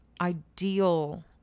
ideal